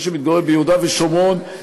מי שמתגורר ביהודה ושומרון,